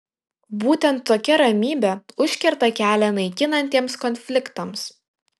būtent tokia ramybė užkerta kelią naikinantiems konfliktams